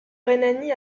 rhénanie